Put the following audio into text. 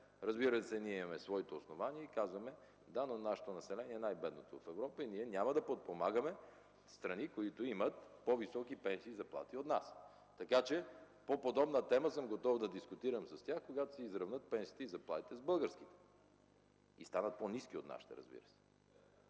Разбира се, ние имаме своите основания и казваме: да, но нашето население е най-бедното в Европа и ние няма да подпомагаме страни, които имат по-високи пенсии и заплати от нас. Така че по подобна тема съм готов да дискутирам с тях, когато се изравнят пенсиите и заплатите с българските и станат по-ниски от нашите, разбира се.